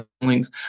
feelings